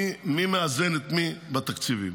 מי מאזן את מי בתקציבים.